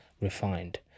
refined